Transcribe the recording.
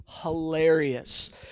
Hilarious